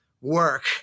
work